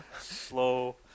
slow